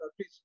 please